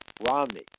Romney